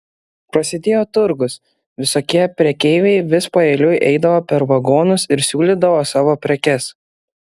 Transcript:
prasidėjo turgus visokie prekeiviai vis paeiliui eidavo per vagonus ir siūlydavo savo prekes